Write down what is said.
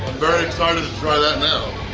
very excited to try that now